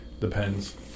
depends